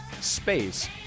space